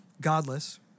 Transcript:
godless